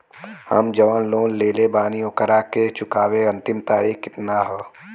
हम जवन लोन लेले बानी ओकरा के चुकावे अंतिम तारीख कितना हैं?